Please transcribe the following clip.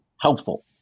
helpful